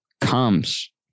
comes